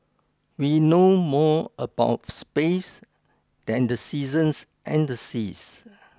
we know more about space than the seasons and the seas